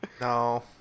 no